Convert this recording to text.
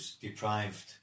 deprived